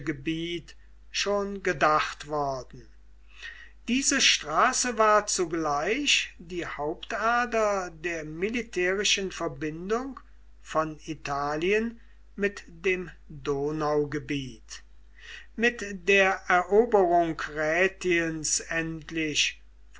schon gedacht worden diese straße war zugleich die hauptader der militärischen verbindung von italien mit dem donaugebiet mit der eroberung rätiens endlich